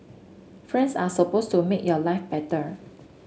friends are supposed to make your life better